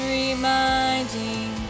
reminding